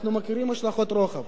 אנחנו מכירים השלכות רוחב.